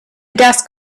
desk